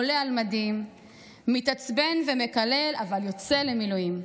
עולה על מדים / מתעצבן ומקלל, אבל יוצא למילואים.